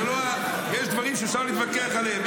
יש דברים שאפשר להתווכח עליהם,